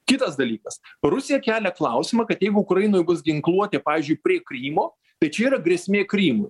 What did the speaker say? kitas dalykas rusija kelia klausimą kad jeigu ukrainoj bus ginkluotė pavyzdžiui prie krymo tai čia yra grėsmė krymui